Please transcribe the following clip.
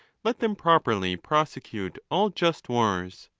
let them properly prosecute all just wars.